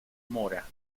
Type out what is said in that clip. mora